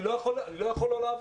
אני לא יכול לא לעבוד,